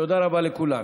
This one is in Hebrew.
תודה רבה לכולם.